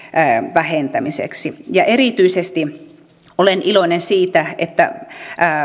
vähentämiseksi erityisesti olen iloinen siitä että